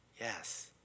yes